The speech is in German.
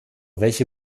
welche